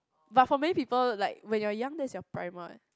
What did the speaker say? but for main people like when you are young that's your prime what